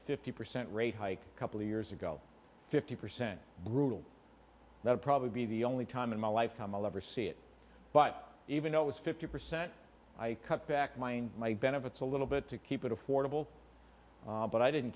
fifty percent rate hike a couple of years ago fifty percent brutal that probably be the only time in my life come alive or see it but even though it was fifty percent i cut back mine my benefits a little bit to keep it affordable but i didn't